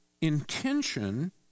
intention